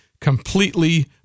completely